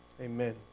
Amen